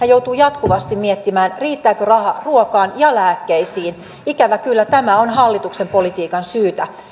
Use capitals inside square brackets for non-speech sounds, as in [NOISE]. [UNINTELLIGIBLE] joutuu jatkuvasti miettimään riittääkö raha ruokaan ja lääkkeisiin ikävä kyllä tämä on hallituksen politiikan syytä